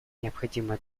необходимое